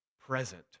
present